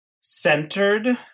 centered